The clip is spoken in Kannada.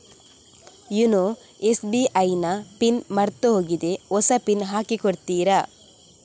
ಯೂನೊ ಎಸ್.ಬಿ.ಐ ನ ಪಿನ್ ಮರ್ತೋಗಿದೆ ಹೊಸ ಪಿನ್ ಹಾಕಿ ಕೊಡ್ತೀರಾ?